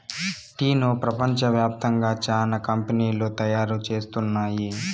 టీను ప్రపంచ వ్యాప్తంగా చానా కంపెనీలు తయారు చేస్తున్నాయి